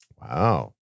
wow